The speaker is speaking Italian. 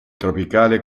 tropicale